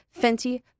Fenty